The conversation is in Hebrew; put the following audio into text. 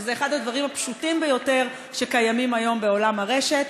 שזה אחד הדברים הפשוטים ביותר שקיימים היום בעולם הרשת.